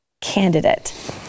candidate